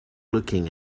looking